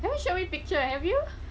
you haven't show me picture have you